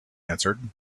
answered